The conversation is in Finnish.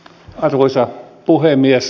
arvoisa puhemies